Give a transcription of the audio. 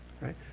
right